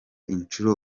inshuro